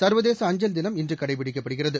சர்வதேச அஞ்சல் தினம் இன்று கடைபிடிக்கப்படுகிறது